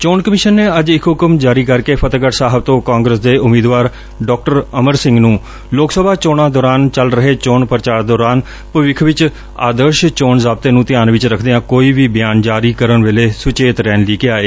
ਚੋਣ ਕਮਿਸ਼ਨ ਨੇ ਅੱਜ ਇੱਕ ਹੁਕਮ ਜਾਰੀ ਕਰਕੇ ਫਤਹਿਗੜ੍ਜ ਸਾਹਿਬ ਤੋ ਕਾਂਗਰਸ ਦੇ ਉਮੀਦਵਾਰ ਡਾ ਅਮਰ ਸਿੰਘ ਨੁੰ ਲੋਕ ਸਭਾ ਚੋਣਾਂ ਦੌਰਾਨ ਚੱਲ ਰਹੇ ਚੋਣ ਪ੍ਰਚਾਰ ਦੌਰਾਨ ਭਵਿੱਖ ਵਿੱਚ ਅਦਰਸ਼ ਚੋਣ ਜ਼ਾਬਤੇ ਨੁੰ ਧਿਆਨ ਵਿੱਚ ਰੱਖਦਿਆਂ ਕੋਈ ਵੀ ਬਿਆਨ ਜਾਰੀ ਕਰਨ ਵੇਲੇ ਸੁਚੇਤ ਰਹਿਣ ਲਈ ਕਿਹਾ ਏ